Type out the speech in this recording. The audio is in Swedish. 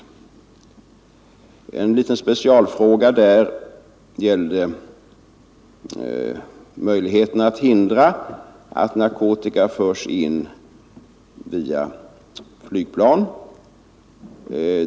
En liten specialfråga gällde möjligheterna att hindra att narkotika förs in via flygplan.